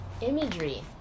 Imagery